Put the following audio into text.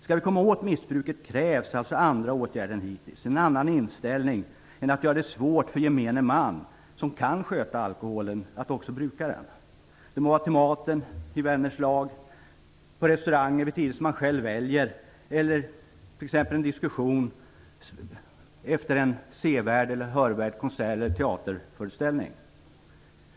Skall vi komma åt missbruket krävs andra åtgärder än hittills, en annan inställning än att göra det svårt för gemene man som kan sköta alkoholen att också bruka den. Det må vara till maten, i vänners lag, på restauranger vid tider som man själv väljer eller vid en diskussion efter en hör eller sevärd konsert eller teaterföreställning.